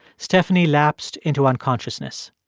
stephanie lapsed into unconsciousness.